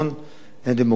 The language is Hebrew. אין דמוקרטיה כזאת.